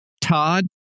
Todd